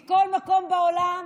מכל מקום בעולם,